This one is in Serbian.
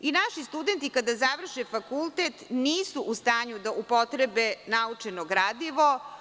Naši studenti kada završe fakultet nisu u stanju da upotrebe naučeno gradivo.